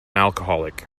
alcoholic